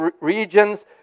regions